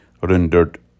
rendered